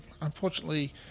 unfortunately